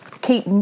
keep